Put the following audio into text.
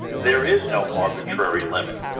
there is no arbitrary limit,